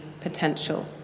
potential